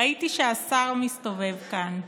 ראיתי שהשר מסתובב כאן.